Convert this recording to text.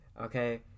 okay